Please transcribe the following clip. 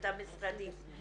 את המשרדים,